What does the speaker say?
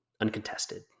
uncontested